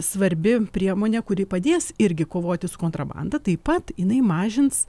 svarbi priemonė kuri padės irgi kovoti su kontrabanda taip pat jinai mažins